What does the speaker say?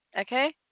Okay